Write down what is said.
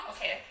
Okay